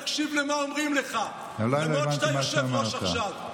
תקשיב למה שאומרים לך, למרות שאתה יושב-ראש עכשיו.